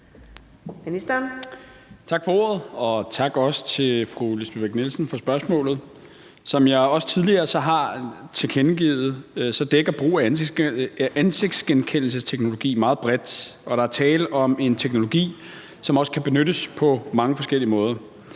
Tak for ordet, og også tak til fru Lisbeth Bech-Nielsen for spørgsmålet. Som jeg også tidligere har tilkendegivet, dækker brug af ansigtsgenkendelsesteknologi meget bredt, og der er tale om en teknologi, som også kan benyttes på mange forskellige måder.